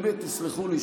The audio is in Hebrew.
תסלחו לי,